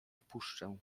wpuszczę